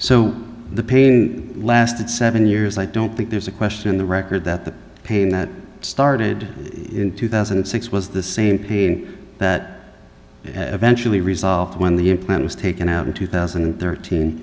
so the pain lasted seven years i don't think there's a question in the record that the pain that started in two thousand and six was the same pain that eventually result when the implant was taken out in two thousand and thirteen